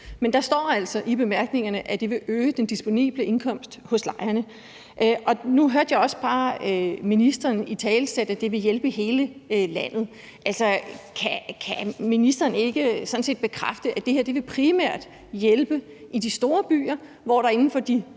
Men der står altså i bemærkningerne, at det vil øge den disponible indkomst hos lejerne, og nu hørte jeg også bare ministeren italesætte, at det ville hjælpe hele landet. Kan ministeren sådan set ikke bekræfte, at det her primært vil hjælpe i de store byer, altså primært